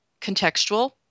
contextual